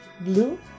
Blue